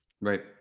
Right